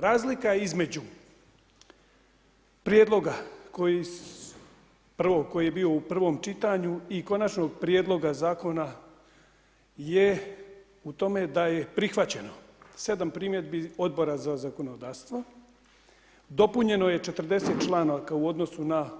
Razlika između prijedloga koji je bio u prvom čitanju i konačnog prijedloga je u tome da je prihvaćeno 7 primjedbi Odbora za zakonodavstvo, dopunjeno je 40 članaka u odnosu na